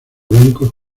blancos